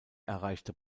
erreichte